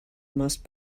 must